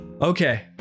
Okay